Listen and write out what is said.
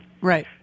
Right